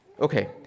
Okay